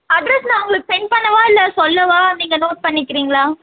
address நான் உங்களுக்கு send பண்ணவா இல்லை சொல்லவா நீங்கள் நோட் பண்ணிக்கிறீங்களா